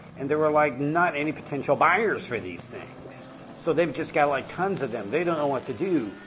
and there were, like, not any potential buyers for these things so they've just got, like, tons of them! they don't know what to do.